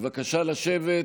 בבקשה לשבת.